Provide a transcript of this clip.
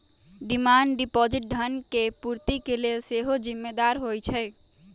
demand deposit धन के पूर्ति के लेल सेहो जिम्मेदार होइ छइ